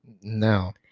No